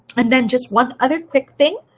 and then just one other quick thing,